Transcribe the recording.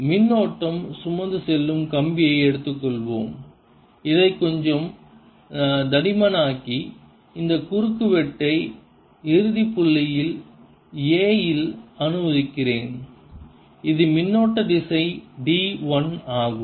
மின்னோட்டம் சுமந்து செல்லும் கம்பியை எடுத்துக்கொள்வோம் இதை கொஞ்சம் தடிமனாக்கி இந்த குறுக்குவெட்டை இறுதி புள்ளியில் A இல் அனுமதிக்கிறேன் இது மின்னோட்ட திசை d l ஆகும்